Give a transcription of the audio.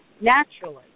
naturally